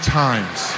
times